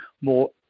more